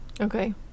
Okay